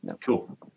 Cool